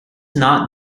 not